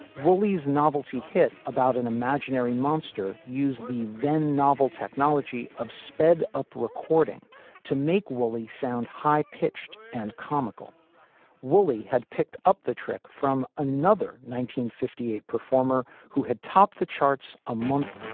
woolies novelty hit about an imaginary monster use the then novel technology of sped up recording to make wooly sound high pitched and comical wooley had picked up the trick from another fifty eight performer who had topped the charts a month,